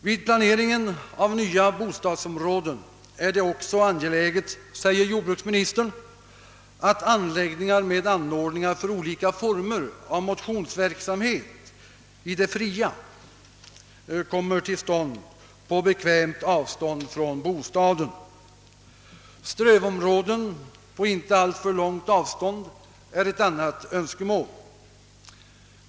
Vid planeringen av nya bostadsområden är det också angeläget, säger jordbruksministern, att anläggningar med anordningar för olika former av motionsverksamhet i det fria kommer till stånd på bekvämt avstånd från bostaden. Strövområden på inte alltför långt avstånd därifrån är ett annat önskemål.